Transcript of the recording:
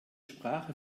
sprache